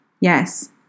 Yes